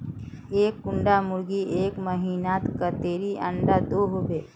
एक कुंडा मुर्गी एक महीनात कतेरी अंडा दो होबे?